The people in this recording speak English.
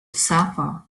suffer